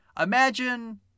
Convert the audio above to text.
Imagine